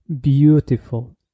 beautiful